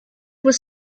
was